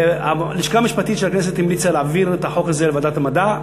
הלשכה המשפטית של הכנסת המליצה להעביר את החוק הזה לוועדת המדע,